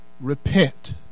repent